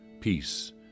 peace